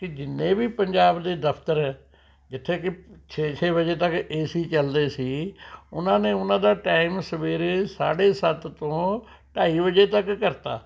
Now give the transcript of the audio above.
ਵੀ ਜਿੰਨੇ ਵੀ ਪੰਜਾਬ ਦੇ ਦਫ਼ਤਰ ਜਿੱਥੇ ਕਿ ਛੇ ਛੇ ਵਜੇ ਤੱਕ ਏ ਸੀ ਚੱਲਦੇ ਸੀ ਓਹਨਾਂ ਨੇ ਉਹਨਾਂ ਦਾ ਟਾਈਮ ਸਵੇਰੇ ਸਾਢੇ ਸੱਤ ਤੋਂ ਢਾਈ ਵਜੇ ਤੱਕ ਕਰਤਾ